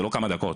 זה לא כמה דקות.